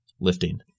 lifting